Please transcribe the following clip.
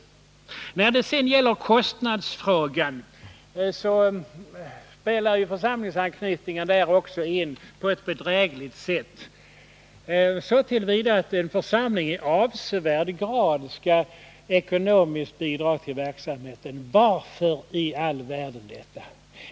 Den andliga vår När det gäller kostnadsfrågan spelar församlingsanknytningen också in på den vid sjukhusen, ett bedrägligt sätt, så till vida att församlingen i avsevärd grad skall m.m. ekonomiskt bidra till verksamheten. Varför i all världen detta arrangemang?